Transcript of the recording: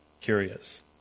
curious